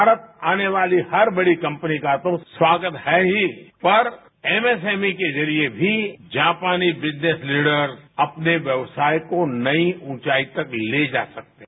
भारत आने वाली हर बड़ी कंपनी का तो स्वागत है ही पर एमएसएमई के जरिए भी जापानी बिजनेस लीडर्स अपने व्यवसाय को नई ऊंचाईयों तक ले जा सकते हैं